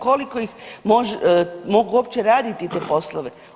Koliko ih mogu uopće raditi te poslove?